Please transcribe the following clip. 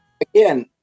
again